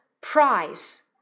Price